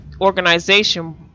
organization